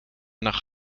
nach